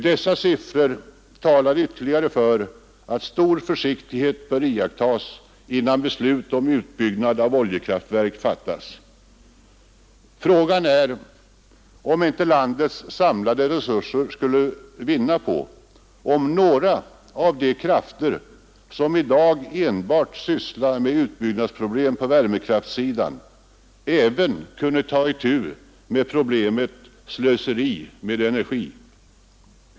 Dessa siffror talar ytterligare för att stor försiktighet bör iakttas, innan beslut om utbyggnad av oljekraftverk fattas. Frågan är om inte landets samlade resurser skulle vinna på att några av de personer som i dag enbart sysslar med utbyggnadsproblem på värmekraftssidan även kunde ta itu med problemet om slöseriet med vår energi.